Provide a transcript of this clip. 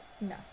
no